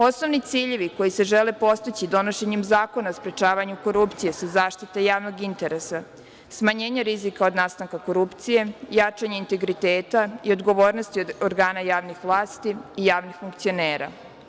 Osnovni ciljevi koji se žele postići donošenjem Zakona o sprečavanju korupcije su zaštita javnog interesa, smanjenje rizika od nastanka korupcije, jačanje integriteta i odgovornost od organa javnih vlasti i javnih funkcionera.